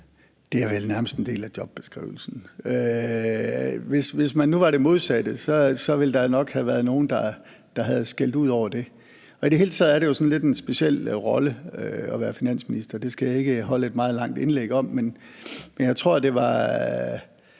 Det er vel nærmest en del af jobbeskrivelsen. Hvis man nu var det modsatte, ville der nok have været nogen, der havde skældt ud over det. I det hele taget er det jo sådan en lidt speciel rolle at være finansminister. Det skal jeg ikke holde et meget langt indlæg om, men jeg tror, det var